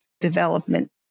development